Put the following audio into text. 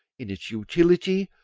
in its utility,